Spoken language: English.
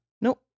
Nope